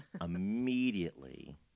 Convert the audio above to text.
immediately